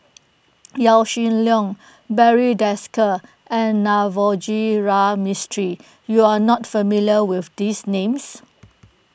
Yaw Shin Leong Barry Desker and Navroji R Mistri you are not familiar with these names